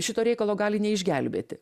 šito reikalo gali neišgelbėti